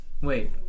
wait